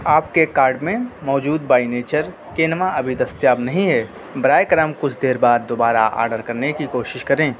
آپ کے کاڈ میں موجود بائی نیچر کینما ابھی دستیاب نہیں ہے براہ کرم کچھ دیر بعد دوبارہ آرڈر کرنے کی کوشش کریں